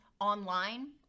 online